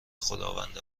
خداوند